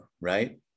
right